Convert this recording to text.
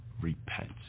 repent